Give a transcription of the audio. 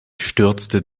stürzte